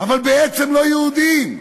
אבל בעצם לא יהודים.